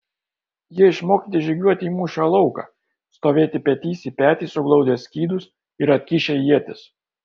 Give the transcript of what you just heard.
jie išmokyti žygiuoti į mūšio lauką stovėti petys į petį suglaudę skydus ir atkišę ietis